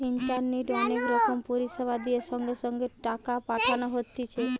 ইন্টারনেটে অনেক রকম পরিষেবা দিয়ে সঙ্গে সঙ্গে টাকা পাঠানো হতিছে